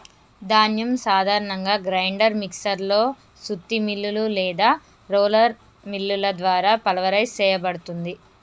ధాన్యం సాధారణంగా grinder mixer లో సుత్తి మిల్లులు లేదా రోలర్ మిల్లుల ద్వారా పల్వరైజ్ సేయబడుతుంది